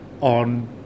on